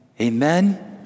Amen